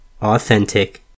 authentic